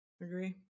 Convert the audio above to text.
Agree